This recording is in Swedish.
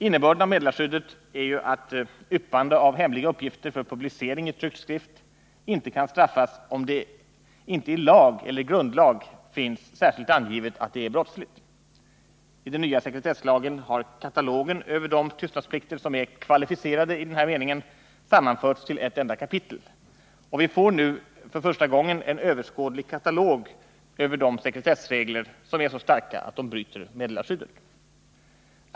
Innebörden av meddelarskyddet är att yppande av hemliga uppgifter för publicering i tryckt skrift inte kan straffas, om det inte i lag eller grundlag finns särskilt angivet att det är brottsligt. I den nya sekretesslagen har katalogen över de tystnadsplikter som är kvalificerade i den här meningen sammanförts till ett enda kapitel, och vi får nu för första gången en överskådlig katalog över de sekretessregler som är så starka att de bryter meddelarskyddet.